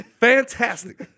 Fantastic